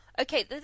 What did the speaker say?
okay